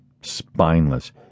spineless